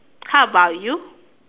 how about you